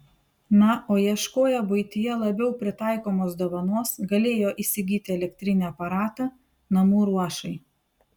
na o ieškoję buityje labiau pritaikomos dovanos galėjo įsigyti elektrinį aparatą namų ruošai